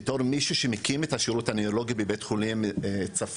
בתור מישהו שמקים את השירות הנוירולוגי בבית חולים צפון,